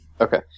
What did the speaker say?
Okay